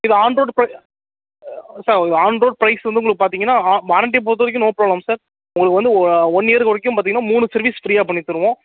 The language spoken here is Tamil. இது ஆன்ரூட் ப சார் ஆன்ரூட் ப்ரைஸ் வந்து உங்களுக்கு பார்த்தீங்கன்னா வாரண்டியை பொறுத்த வரைக்கும் நோ ப்ராப்லம் சார் உங்களுக்கு வந்து ஒன் இயர் வரைக்கும் பார்த்தீங்கன்னா மூணு சர்வீஸ் ஃப்ரீயாக பண்ணித்தருவோம்